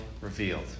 revealed